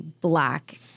black